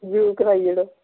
जी कराई ओड़ो